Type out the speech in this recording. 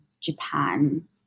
Japan